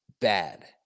bad